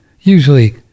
Usually